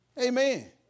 Amen